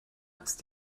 ist